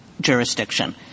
jurisdiction